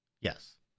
Yes